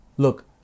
Look